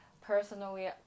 personally